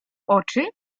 oczy